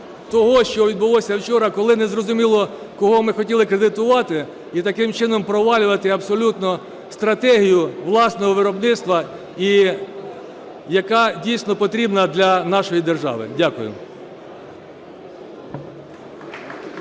того, що відбулося вчора, коли незрозуміло кого ми хотіли кредитувати і таким чином провалювати абсолютно стратегію власного виробництва, яка дійсно потрібна для нашої держави. Дякую.